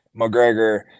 McGregor